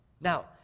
now